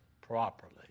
properly